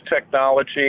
technology